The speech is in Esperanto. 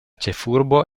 ĉefurbo